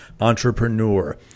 Entrepreneur